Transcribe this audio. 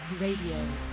RADIO